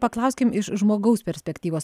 paklauskim iš žmogaus perspektyvos